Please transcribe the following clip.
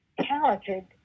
talented